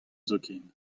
zoken